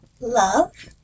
Love